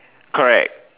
correct